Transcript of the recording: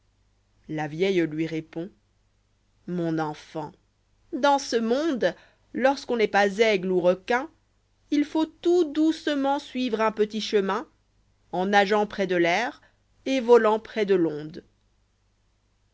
la vieille lui réponde mon enfant dans ce monde lorsqu'on n'est pas aigle ou requin il faut tout doucement suivre un petit chemin en nageant près de l'air et volant prè de l'onde